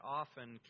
often